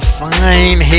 fine